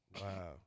Wow